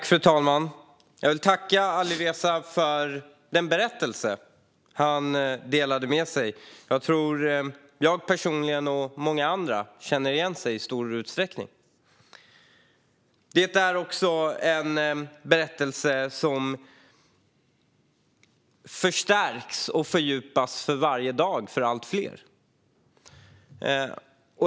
Fru talman! Jag vill tacka Alireza för den berättelse han delade med sig av. Jag tror att inte bara jag personligen utan även många andra känner igen sig i stor utsträckning. Det är också en berättelse som förstärks och fördjupas för varje dag, för allt fler.